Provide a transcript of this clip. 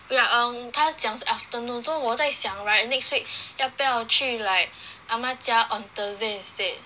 ya um 她讲是 afternoon so 我在想 right next week 要不要去 like ah ma 家 on thursday instead